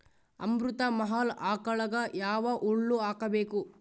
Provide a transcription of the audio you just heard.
ಅಮೃತ ಮಹಲ್ ಆಕಳಗ ಯಾವ ಹುಲ್ಲು ಹಾಕಬೇಕು?